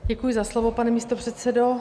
Děkuji za slovo, pane místopředsedo.